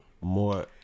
more